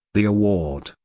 the award,